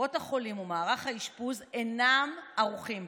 קופות החולים ומערך האשפוז אינם ערוכים",